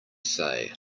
say